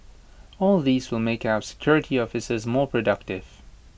all these will make our security officers more productive